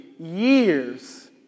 years